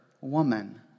woman